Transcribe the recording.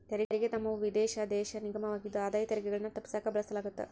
ತೆರಿಗೆ ಧಾಮವು ವಿದೇಶಿ ದೇಶ ನಿಗಮವಾಗಿದ್ದು ಆದಾಯ ತೆರಿಗೆಗಳನ್ನ ತಪ್ಪಿಸಕ ಬಳಸಲಾಗತ್ತ